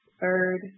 third